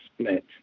split